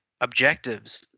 objectives